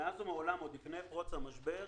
עוד לפני פרוץ המשבר,